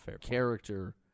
character